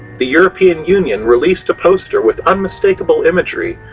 the european union released a poster with unmistakable imagery,